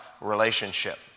relationship